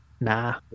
nah